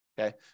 okay